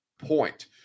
point